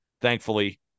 Thankfully